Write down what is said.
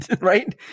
right